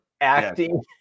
acting